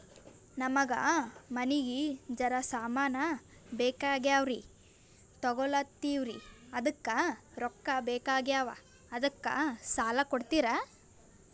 ನಮಗ ಮನಿಗಿ ಜರ ಸಾಮಾನ ಬೇಕಾಗ್ಯಾವ್ರೀ ತೊಗೊಲತ್ತೀವ್ರಿ ಅದಕ್ಕ ರೊಕ್ಕ ಬೆಕಾಗ್ಯಾವ ಅದಕ್ಕ ಸಾಲ ಕೊಡ್ತಾರ?